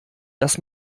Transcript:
dass